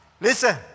listen